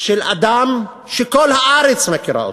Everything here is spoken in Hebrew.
של אדם שכל הארץ מכירה אותו,